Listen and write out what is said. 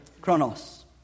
Chronos